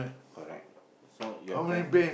correct so your pear